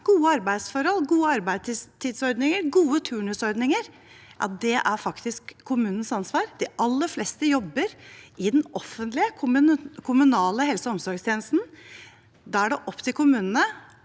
gode arbeidsforhold, gode arbeidstidsordninger og gode turnusordninger er faktisk kommunenes ansvar. De aller fleste jobber i den offentlige kommunale helse- og omsorgstjenesten, og da er det opp til kommunene